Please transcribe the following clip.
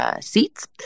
seats